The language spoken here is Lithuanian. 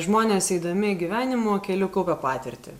žmonės eidami gyvenimo keliu kaupia patirtį